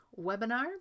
webinar